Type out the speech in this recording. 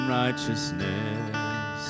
righteousness